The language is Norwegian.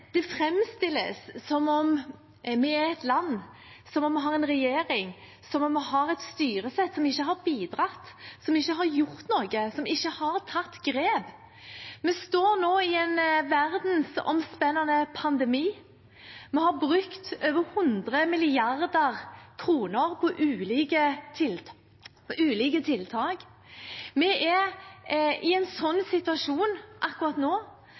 det framstilles som om vi er et land, som om vi har en regjering, som om vi har et styresett som ikke har bidratt, som ikke har gjort noe, som ikke har tatt grep. Vi står nå i en verdensomspennende pandemi. Vi har brukt over 100 mrd. kr på ulike tiltak. Vi er i den situasjon akkurat nå